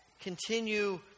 continue